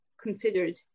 considered